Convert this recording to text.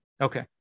Okay